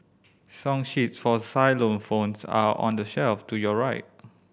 song sheets for xylophones are on the shelf to your right